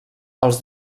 els